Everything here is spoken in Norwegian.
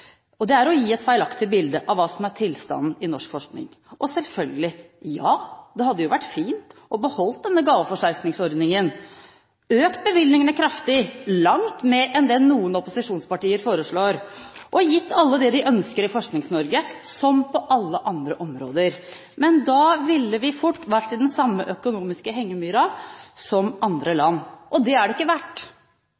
og det er å gi et feilaktig bilde av hva som er tilstanden i norsk forskning. Og selvfølgelig – ja, det hadde vært fint å beholde denne gaveforsterkningsordningen, økt bevilgningene kraftig, langt mer enn det noen opposisjonspartier foreslår, og gitt alle i Forsknings-Norge det de ønsker, som på alle andre områder. Men da ville vi fort vært i den samme økonomiske hengemyra som andre